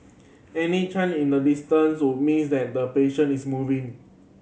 any change in the distance would mean that the patient is moving